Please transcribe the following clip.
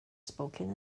spoken